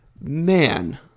man